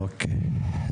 אוקיי.